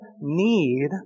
need